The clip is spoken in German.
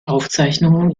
aufzeichnungen